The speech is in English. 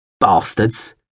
Bastards